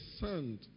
sand